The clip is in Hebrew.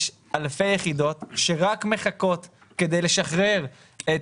יש אלפי יחידות שרק מחכות כדי לשחרר את